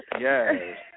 Yes